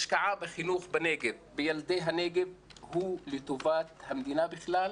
השקעה בחינוך בילדי הנגב היא לטובת המדינה בכלל,